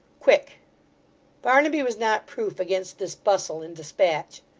quick barnaby was not proof against this bustle and despatch.